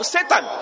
Satan